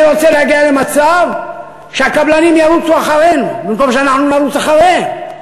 אני רוצה להגיע למצב שהקבלנים ירוצו אחרינו במקום שאנחנו נרוץ אחריהם.